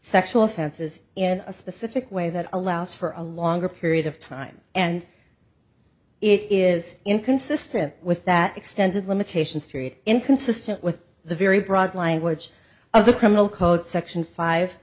sexual offenses in a specific way that allows for a longer period of time and it is inconsistent with that extended limitations period inconsistent with the very broad language of the criminal code section five